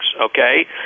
okay